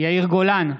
יאיר גולן,